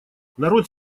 народ